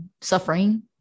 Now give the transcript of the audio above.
Suffering